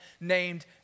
named